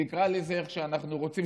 נקרא לזה איך שאנחנו רוצים,